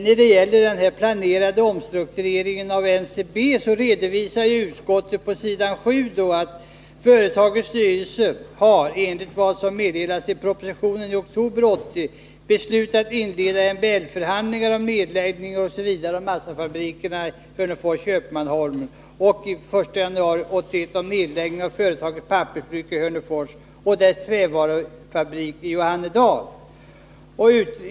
När det gäller den planerade omstruktureringen av NCB redovisar utskottet på s. 7 följande: ”Företagets styrelse har, enligt vad som meddelas i propositionen, i oktober 1980 beslutat inleda MBL-förhandlingar om nedläggning av företagets massafabriker i Hörnefors och Köpmanholmen och i januari 1981 om nedläggning av företagets pappersbruk i Hörnefors och dess trävarufabrik i Johannedal.